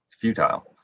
futile